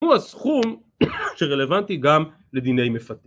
הוא הסכום שרלוונטי גם לדיני מפתים.